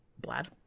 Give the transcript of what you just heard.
Blad